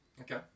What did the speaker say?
Okay